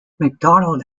macdonald